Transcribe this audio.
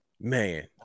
Man